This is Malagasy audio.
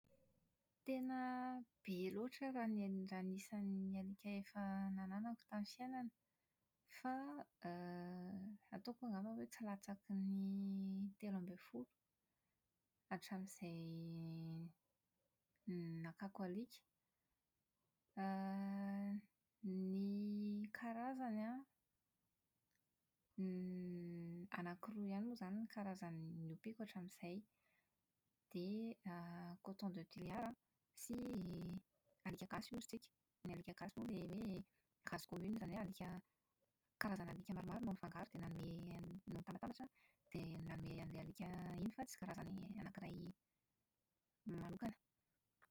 Tena be loatra raha ny isan'ny alika efa nananako tamin'ny fiainana, fa > ataoko angamba hoe tsy latsaky ny telo amby folo hatramin'izay nakako alika. > Ny karazany an, > anankiroa ihany moa izany ny karazany nompiako hatramin'izay dia > coton de Tuléar an, sy alika gasy hoy isika. Ny alika gasy moa ilay hoe race commune, izany hoe alika karazana alika maromaro no mifangaro dia manome an'i no nitambatambatra an dia nanome an'ilay ailka iray iny, fa tsy karazany anankiray manokana.